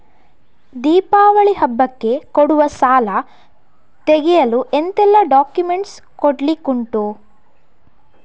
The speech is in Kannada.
ದೀಪಾವಳಿ ಹಬ್ಬಕ್ಕೆ ಕೊಡುವ ಸಾಲ ತೆಗೆಯಲು ಎಂತೆಲ್ಲಾ ಡಾಕ್ಯುಮೆಂಟ್ಸ್ ಕೊಡ್ಲಿಕುಂಟು?